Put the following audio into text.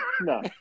No